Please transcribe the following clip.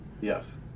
Yes